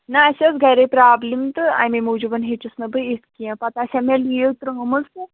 نہَ اَسہِ ٲس گَرے پرابلِم تہٕ اَمے موٗجوٗب ہیٚچِس نہٕ بہٕ یِتھ کیٚنٛہہ پَتہٕ آسہِ ہا مےٚ لیٖو ترٛٲومٕژ تہٕ